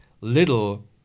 little